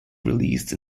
released